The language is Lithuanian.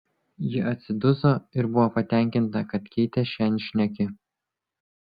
ji atsiduso ir buvo patenkinta kad keitė šiandien šneki